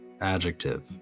adjective